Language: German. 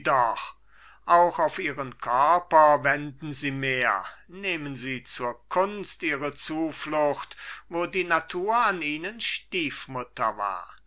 auch auf ihren körper wenden sie mehr nehmen sie zur kunst ihre zuflucht wo die natur an ihnen stiefmutter war